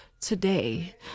today